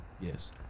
Yes